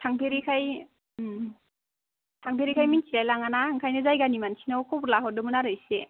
थांफेरैखाय थांफेरैखाय मिथिलाय लाङा ना ओंखायनो जायगानि मानसिनाव खबर लाहरदोंमोन आरो एसे